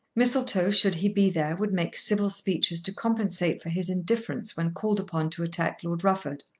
mistletoe, should he be there, would make civil speeches to compensate for his indifference when called upon to attack lord rufford.